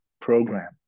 program